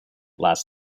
lasts